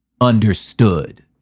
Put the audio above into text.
understood